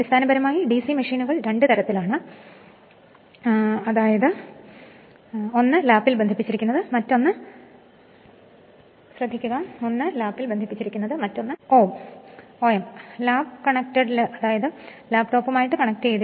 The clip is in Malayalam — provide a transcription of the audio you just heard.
അടിസ്ഥാനപരമായി ഡിസി മെഷീനുകൾ രണ്ട് തരത്തിലാണ് ഒന്ന് ലാപ്പിൽ ബന്ധിപ്പിച്ചിരിക്കുന്നു മറ്റൊന്ന് om ആണ്